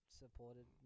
supported